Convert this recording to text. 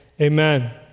Amen